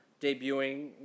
debuting